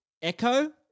Echo